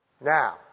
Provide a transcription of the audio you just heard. Now